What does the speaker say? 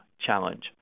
challenge